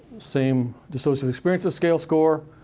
same dissociative experiences scale score,